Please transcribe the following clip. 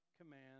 command